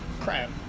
crap